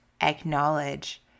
acknowledge